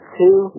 two